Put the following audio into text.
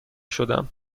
شدم